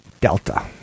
Delta